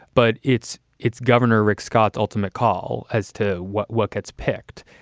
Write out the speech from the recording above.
but it's it's governor rick scott's ultimate call as to what what gets picked.